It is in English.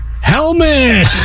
Helmet